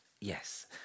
Yes